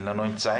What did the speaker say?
אין לנו אמצעים,